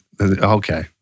Okay